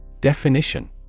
Definition